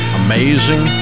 amazing